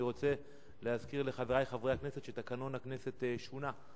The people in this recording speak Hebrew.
אני רוצה להזכיר לחברי חברי הכנסת שתקנון הכנסת שונה,